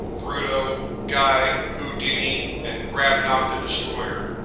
bruto, guy, houdini, and grabnok the destroyer.